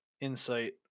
insight